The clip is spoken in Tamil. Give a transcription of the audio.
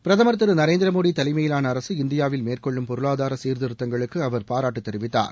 பிரதமர் திரு நரேந்திர மோடி தலைமையிலான அரசு இந்தியாவில் மேற்கொள்ளும் பொருளாதார சீர்திருத்தங்களுக்கு அவர் பாராட்டு தெரிவித்தார்